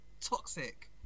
toxic